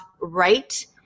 right